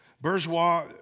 bourgeois